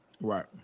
Right